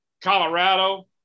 Colorado